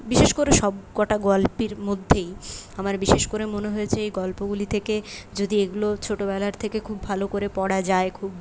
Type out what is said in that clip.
বিশেষ করে সবকটা গল্পের মধ্যেই আমার বিশেষ করে মনে হয়েছে এই গল্পগুলি থেকে যদি এগুলো ছোটোবেলার থেকে খুব ভালো করে পড়া যায় খুব